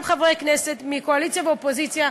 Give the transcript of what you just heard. חברי הכנסת מהקואליציה ומהאופוזיציה,